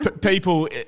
people